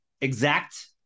Exact